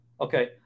okay